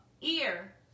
ear